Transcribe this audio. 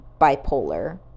bipolar